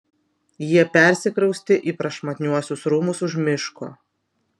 jie persikraustė į prašmatniuosius rūmus už miško